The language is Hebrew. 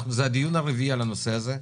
זה הדיון הרביעי על הנושא הזה.